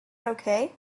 okay